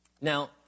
Now